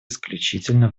исключительно